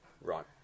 Right